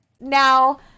Now